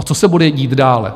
A co se bude dít dále?